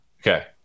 Okay